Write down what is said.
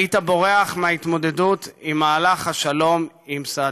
היית בורח מהתמודדות עם מהלך השלום עם סאדאת.